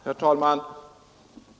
Herr talman!